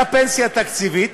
הייתה פנסיה תקציבית,